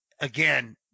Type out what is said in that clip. again